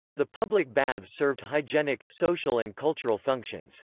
the public baths served hygienic, social and cultural functions.